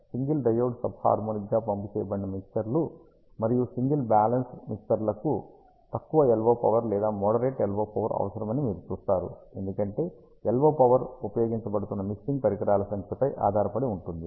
single diode sub హార్మోనిక్గా pump చేయబడిన మిక్సర్లు మరియు సింగిల్ బ్యాలెన్స్ మిక్సర్లకు తక్కువ LO పవర్ లేదా మోడరేట్ LO పవర్ అవసరమని మీరు చూస్తారు ఎందుకంటే LO పవర్ ఉపయోగించబడుతున్న మిక్సింగ్ పరికరాల సంఖ్యపై ఆధారపడి ఉంటుంది